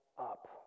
up